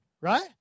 Right